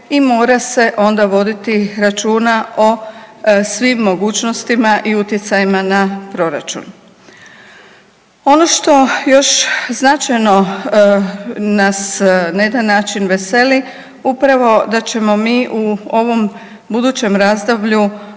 i mora se onda voditi računa o svim mogućnostima i utjecajima na proračun. Ono što još značajno nas na jedan način veseli, upravo da ćemo mi u ovom budućem razdoblju